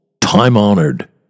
time-honored